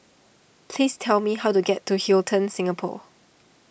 please tell me how to get to Hilton Singapore